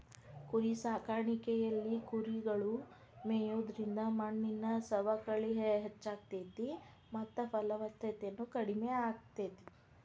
ಕುರಿಸಾಕಾಣಿಕೆಯಲ್ಲಿ ಕುರಿಗಳು ಮೇಯೋದ್ರಿಂದ ಮಣ್ಣಿನ ಸವಕಳಿ ಹೆಚ್ಚಾಗ್ತೇತಿ ಮತ್ತ ಫಲವತ್ತತೆನು ಕಡಿಮೆ ಆಗ್ತೇತಿ